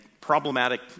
problematic